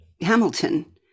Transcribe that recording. Hamilton